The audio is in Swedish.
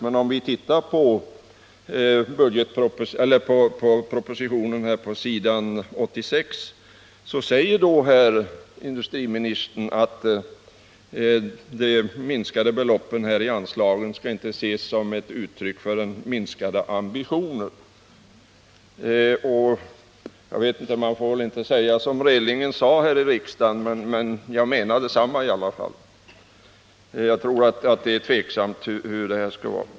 Men om vi tittar i propositionen på s. 86 finner vi att industriministern där säger att de för flera anslagsposter minskade beloppen inte skall ses som ett uttryck för minskade ambitioner. Man får väl inte här i riksdagen säga som Relling sade, men jag menar detsamma.